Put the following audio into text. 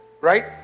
Right